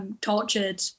tortured